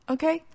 Okay